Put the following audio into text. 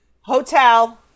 Hotel